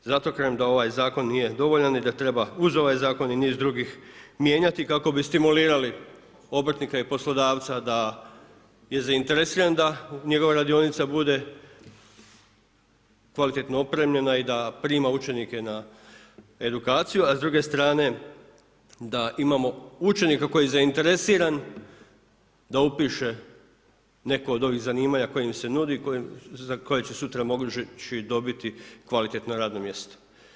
Zato kažem da ovaj zakon nije dovoljan i da treba uz ovaj zakon i niz drugih mijenjati kako bi stimulirali obrtnika i poslodavca da je zainteresiran da njegova radionica bude kvalitetno opremljena i da prima učenike na edukaciju a s druge strane da imamo učenika koji je zainteresiran da upiše neku od ovih zanimanja koja im se nudi za koje će sutra moći dobiti kvalitetno radno mjesto.